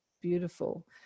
beautiful